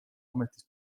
ametis